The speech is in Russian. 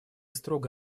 строго